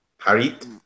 Harit